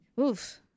oof